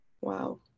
Wow